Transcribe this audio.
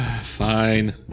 Fine